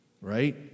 right